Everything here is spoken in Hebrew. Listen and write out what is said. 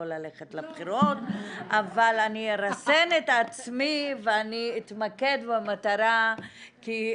ללכת לבחירות אבל אני ארסן את עצמי ואני אתמקד במטרה כי,